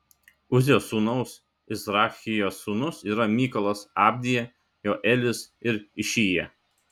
uzio sūnaus izrachijos sūnūs yra mykolas abdija joelis ir išija